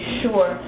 sure